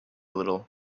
little